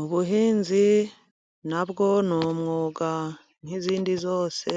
Ubuhinzi nabwo ni umwuga nk'izindi zose.